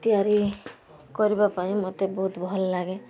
ତିଆରି କରିବା ପାଇଁ ମୋତେ ବହୁତ ଭଲ ଲାଗେ